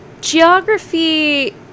geography